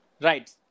Right